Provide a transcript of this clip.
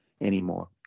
anymore